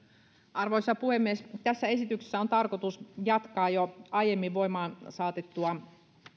arvoisa puhemies tässä esityksessä on tarkoitus jatkaa jo aiemmin voimaan saatettua